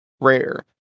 rare